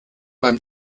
beim